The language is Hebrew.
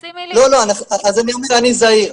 לא, אז אני זהיר.